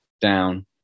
down